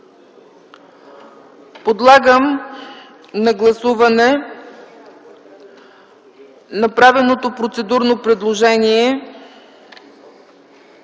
Подлагам на гласуване направеното процедурно предложение